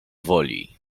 woli